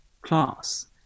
class